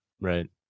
right